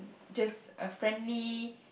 just a friendly